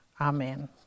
Amen